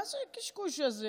מה זה הקשקוש הזה,